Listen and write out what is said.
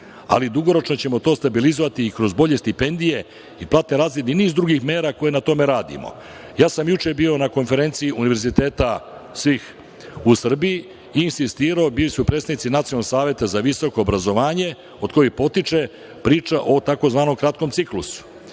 ali dugoročno ćemo to stabilizovati i kroz bolje stipendije i platne razrede i niz drugih mera koje na tome radimo. Ja sam juče bio na konferenciji Univerziteta svih u Srbiji i insistirao, bili su predstavnici Nacionalnog saveta za visoko obrazovanje od kojih potiče priča o takozvanom kratkom ciklusu.